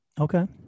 Okay